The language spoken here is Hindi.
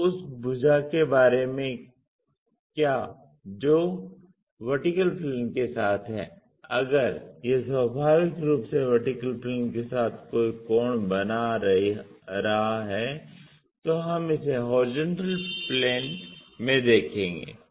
तो उस भुजा के बारे में क्या जो VP के साथ है अगर यह स्वाभाविक रूप से VP के साथ कोई कोण बना रहा है तो हम इसे HP में देखेंगे